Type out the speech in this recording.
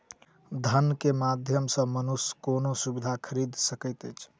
धन के माध्यम सॅ मनुष्य कोनो सुविधा खरीदल सकैत अछि